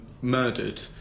murdered